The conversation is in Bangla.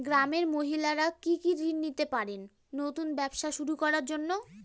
গ্রামের মহিলারা কি কি ঋণ পেতে পারেন নতুন ব্যবসা শুরু করার জন্য?